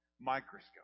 microscope